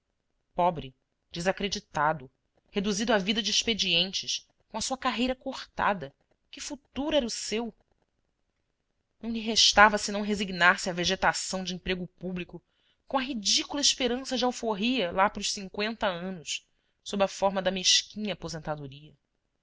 pobre desacreditado reduzido à vida de expedientes com a sua carreira cortada que futuro era o seu não lhe restava senão resignar se à vegetação de emprego público com a ridícula esperança de alforria lá para os cinqüenta anos sob a forma da mesquinha aposentadoria